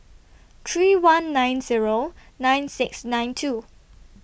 three one nine Zero nine six nine two